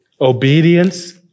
obedience